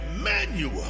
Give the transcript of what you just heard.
Emmanuel